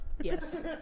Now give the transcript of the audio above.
yes